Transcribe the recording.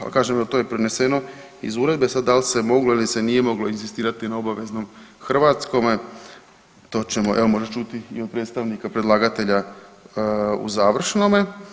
Ali kažem evo to je preneseno iz uredbe sad da li se je moglo ili nije se moglo inzistirati na obaveznom hrvatskome to ćemo evo možda čuti i od predstavnika predlagatelja u završnome.